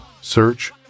search